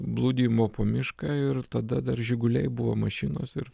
blūdijimo po mišką ir tada dar žiguliai buvo mašinos ir